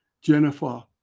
Jennifer